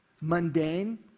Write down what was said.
Mundane